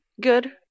good